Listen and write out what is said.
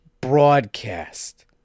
broadcast